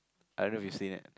I don't know if you've seen it